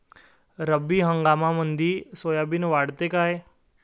रब्बी हंगामामंदी सोयाबीन वाढते काय?